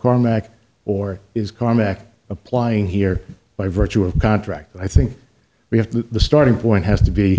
cormack or is karmic applying here by virtue of contract i think we have to the starting point has to be